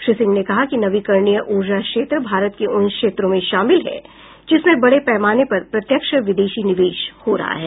श्री सिंह ने कहा कि नवीकरणीय ऊर्जा क्षेत्र भारत के उन क्षेत्रों में शामिल है जिसमें बडे पैमाने पर प्रत्यक्ष विदेशी निवेश हो रहा है